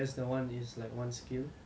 finally